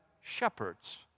shepherds